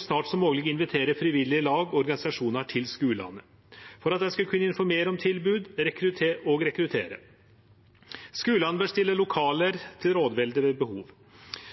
snart som mogleg å invitere frivillige lag og organisasjonar til skulane for at dei skal kunne informere om tilbod og rekruttere. Skulane bør stille lokale til rådvelde ved behov.